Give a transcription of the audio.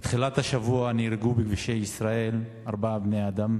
מתחילת השבוע נהרגו בכבישי ישראל ארבעה בני-אדם.